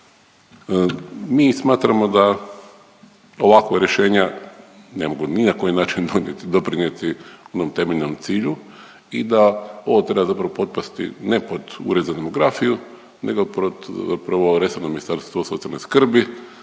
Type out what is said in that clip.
Mi smatramo da ovakva rješenja ne mogu ni na koji način doprinijeti onom temeljnom cilju i da ovo treba zapravo potpasti ne pod ured za demografiju nego pod zapravo resorno Ministarstvo socijalne skrbi